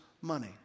money